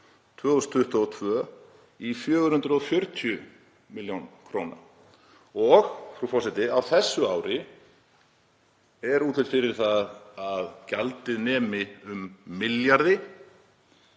2022 í 440 millj. kr. og, frú forseti, á þessu ári er útlit fyrir að gjaldið nemi um milljarði.